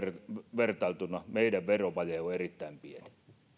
vertailtuna meidän verovaje on erittäin pieni